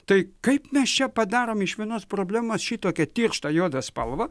tai kaip mes čia padarom iš vienos problemos šitokią tirštą juodą spalvą